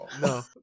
No